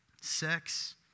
sex